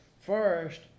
first